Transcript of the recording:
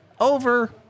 over